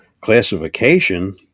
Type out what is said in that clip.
classification